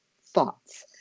thoughts